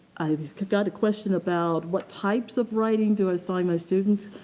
i've got a question about what types of writing do i assign my students.